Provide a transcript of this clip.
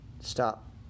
Stop